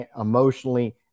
emotionally